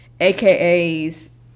aka's